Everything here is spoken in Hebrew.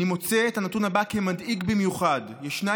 אני מוצא את הנתון הבא כמדאיג במיוחד: ישנה